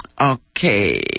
Okay